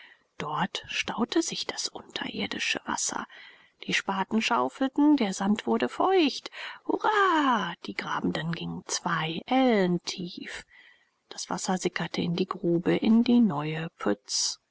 dort staute sich das unterirdische wasser die spaten schaufelten der sand wurde feucht hurra die grabenden gingen zwei ellen tief das wasser sickerte in die grube in die neue pütz